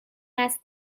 است